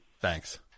Thanks